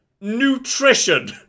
nutrition